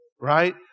Right